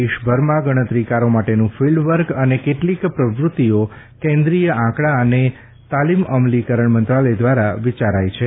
દેશભરમાં ગણતરીકારો માટેનું ફિલ્ડ વર્ક અને કેટલીક પ્રવૃતિઓ કેન્દ્રિય આંકડા અને કાર્યક્રમ અમલીકરણ મંત્રાલય દ્વારા વિચારાય છે